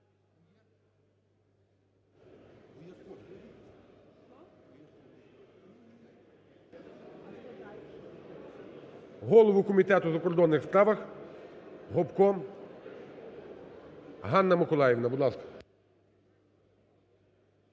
голову Комітету у закордонних справах. Гопко Ганна Миколаївна, будь ласка.